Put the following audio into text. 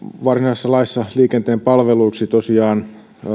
varsinaisessa laissa liikenteen palveluista tosiaan